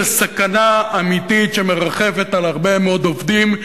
של סכנה אמיתית שמרחפת על הרבה מאוד עובדים,